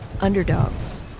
underdogs